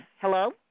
Hello